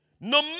No